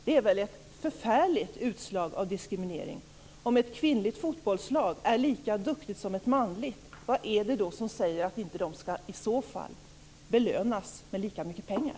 Det är ett förfärligt utslag av diskriminering om ett kvinnligt fotbollslag som är lika duktigt som ett manligt inte belönas med lika mycket pengar.